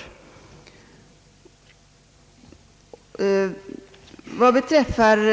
Fru Nilsson tog sedan upp mitt påpekande